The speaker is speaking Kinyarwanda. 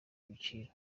ibiciro